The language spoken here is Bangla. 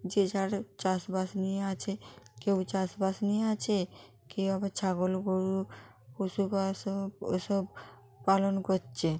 যে যার চাষবাস নিয়ে আছে কেউ চাষবাস নিয়ে আছে কেউ আবার ছাগল গরু পশু বা সব ওসব পালন করছে